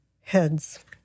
heads